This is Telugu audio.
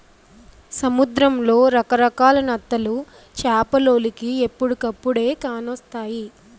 సముద్రంలో రకరకాల నత్తలు చేపలోలికి ఎప్పుడుకప్పుడే కానొస్తాయి